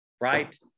right